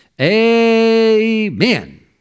amen